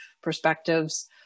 perspectives